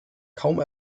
kaum